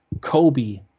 Kobe